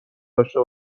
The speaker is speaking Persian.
داشته